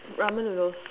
ramen noodles